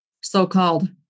so-called